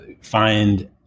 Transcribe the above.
find